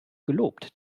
gelobt